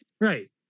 right